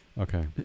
Okay